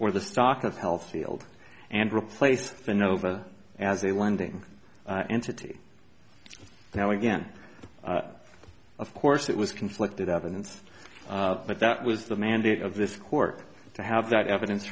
or the stock of health field and replaced the nova as a lending entity now again of course it was conflicted evidence but that was the mandate of this court to have that evidence